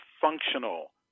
functional